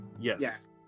Yes